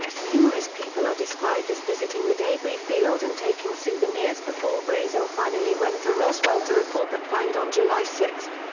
numerous people are described as visiting the debris field and taking souvenirs before brazel finally went to roswell to report the find on july six.